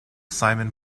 simon